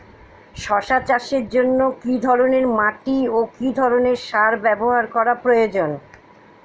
শশা চাষের জন্য কি ধরণের মাটি ও কি ধরণের সার ব্যাবহার করা প্রয়োজন?